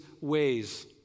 ways